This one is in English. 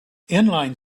inline